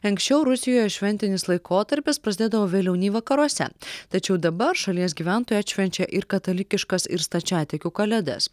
anksčiau rusijoje šventinis laikotarpis prasidėdavo vėliau nei vakaruose tačiau dabar šalies gyventojai atšvenčia ir katalikiškas ir stačiatikių kalėdas